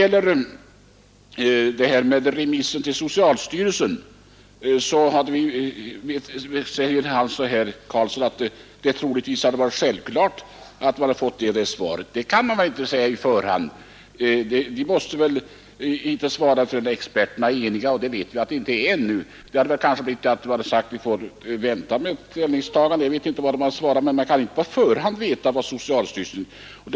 Vad beträffar talet om remissen till socialstyrelsen säger herr Karlsson i Huskvarna att det troligtvis hade varit självklart, vilket svar man i så fall skulle ha fått. Men det kan man väl inte veta på förhand, innan experterna yttrat sig, och vi vet ju att de inte är eniga. Jag känner inte till vad experterna har sagt, men vi kan ju inte på förhand veta vilken inställning socialstyrelsen har i dag.